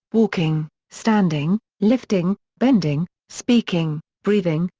walking, standing, lifting, bending, speaking, breathing,